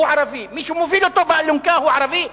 הוא ערבי,